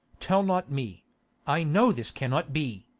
tell not me i know this cannot be.